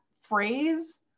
phrase